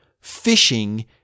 fishing